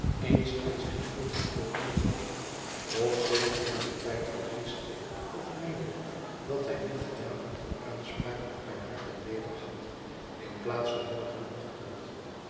eens aan zijn ongeduld toegaf of zich in den tijd vergiste of meende dat hij nu van avond al aanspraak op mijn hart en lever had in plaats van